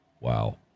Wow